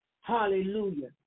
Hallelujah